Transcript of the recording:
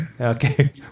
Okay